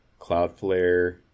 Cloudflare